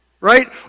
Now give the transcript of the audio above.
Right